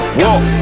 walk